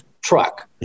truck